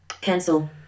Cancel